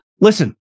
Listen